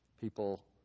People